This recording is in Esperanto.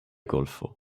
golfo